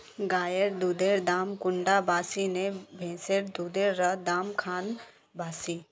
गायेर दुधेर दाम कुंडा बासी ने भैंसेर दुधेर र दाम खान बासी?